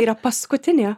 yra paskutinė